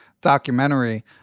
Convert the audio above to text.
documentary